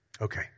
Okay